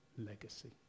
legacy